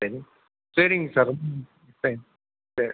சரி சரிங்க சார் சரி